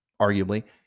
arguably